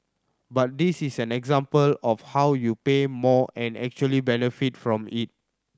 but this is an example of how you pay more and actually benefit from it